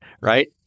right